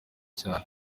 cyane